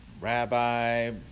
rabbi